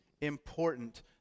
important